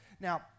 Now